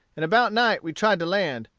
and about night we tried to land,